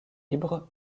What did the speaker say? libres